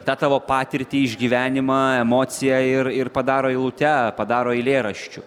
tą tavo patirtį išgyvenimą emociją ir ir padaro eilute padaro eilėraščiu